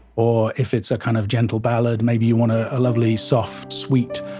or, if it's a kind of gentle ballad, maybe you want a a lovely, soft, sweet,